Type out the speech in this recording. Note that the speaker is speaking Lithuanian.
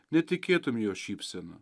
netikėtum jo šypsena